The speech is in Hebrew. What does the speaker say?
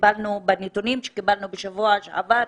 שקיבלנו בשבוע שעבר,